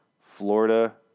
Florida